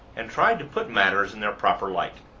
and tried to put matters in their proper light.